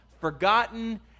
forgotten